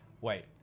wait